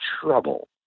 trouble